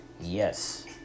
Yes